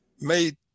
made